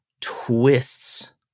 twists